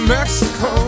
Mexico